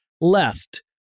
left